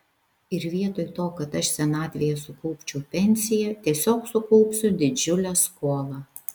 ir vietoj to kad aš senatvėje sukaupčiau pensiją tiesiog sukaupsiu didžiulę skolą